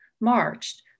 marched